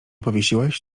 powiesiłeś